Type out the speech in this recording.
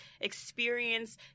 experience